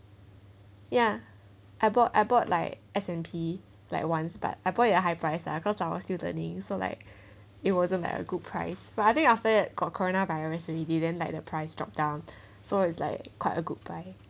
ya I bought I bought like S_&_P like once but I bought in a high price lah cause I was still learning so like it wasn't like a good price but I think after that got coronavirus already than like the price drop down so it's like quite a good buy